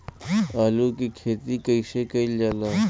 आलू की खेती कइसे कइल जाला?